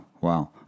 wow